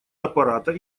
аппарата